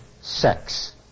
sex